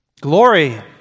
Glory